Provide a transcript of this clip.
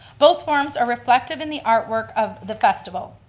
both forms are reflective in the artwork of the festival.